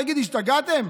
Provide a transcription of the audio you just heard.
תגיד, השתגעתם?